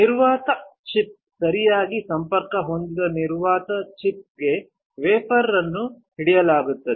ನಿರ್ವಾತ ಚಕ್ ಸರಿಯಾಗಿ ಸಂಪರ್ಕ ಹೊಂದಿದ ನಿರ್ವಾತ ಚಕ್ಗೆ ವೇಫರ್ ಅನ್ನು ಹಿಡಿದಿಡಲಾಗುತ್ತದೆ